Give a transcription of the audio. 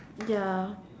ya